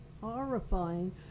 horrifying